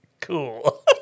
cool